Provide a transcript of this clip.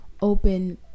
open